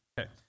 Okay